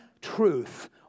truth